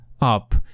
up